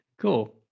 Cool